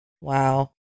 Wow